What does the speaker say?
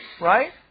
Right